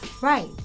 Right